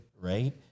Right